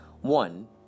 One